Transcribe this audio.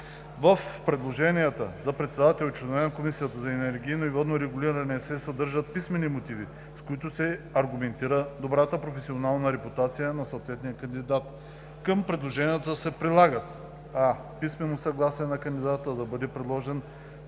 В предложенията за председател и членове на Комисията за енергийно и водно регулиране се съдържат писмени мотиви, с които се аргументира добрата професионална репутация на съответния кандидат. Към предложението се прилагат: а) писмено съгласие на кандидата да бъде предложен